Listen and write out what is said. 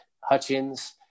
Hutchins